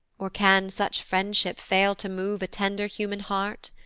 or can such friendship fail to move a tender human heart?